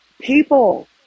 people